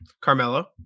Carmelo